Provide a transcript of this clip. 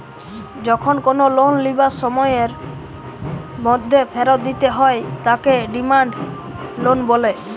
যখন কোনো লোন লিবার সময়ের মধ্যে ফেরত দিতে হয় তাকে ডিমান্ড লোন বলে